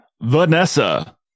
vanessa